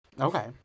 Okay